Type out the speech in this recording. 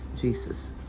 Jesus